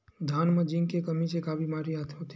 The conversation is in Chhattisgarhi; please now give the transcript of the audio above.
धान म जिंक के कमी से का बीमारी होथे?